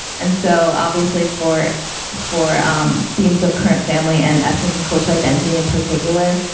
and so obviously for for um themes of current family and ethnic and cultural identity in particular,